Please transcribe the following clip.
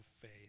faith